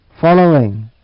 following